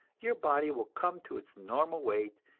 your body will come to its normal weight,